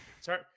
Sorry